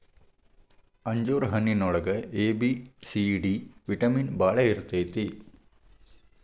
ಅಂಜೂರ ಹಣ್ಣಿನೊಳಗ A, B, C, D vitamin ಬಾಳ ಇರ್ತೈತಿ